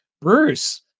Bruce